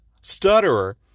stutterer